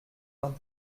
vingt